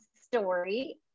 story